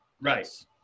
Right